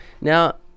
Now